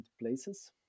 places